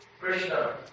Krishna